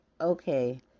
okay